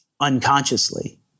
unconsciously